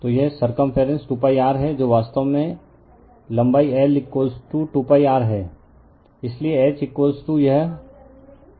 तो यह circumference 2π r है जो वास्तव में लंबाई l 2π r है